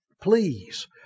Please